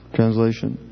Translation